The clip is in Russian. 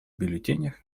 бюллетенях